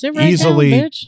easily